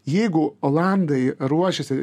jeigu olandai ruošiasi